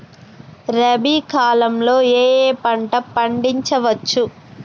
రబీ కాలంలో ఏ ఏ పంట పండించచ్చు?